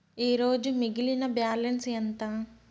ఈరోజు మిగిలిన బ్యాలెన్స్ ఎంత?